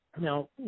now